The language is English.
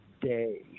day